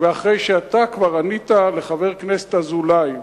ואחרי שאתה ענית לחבר הכנסת אזולאי,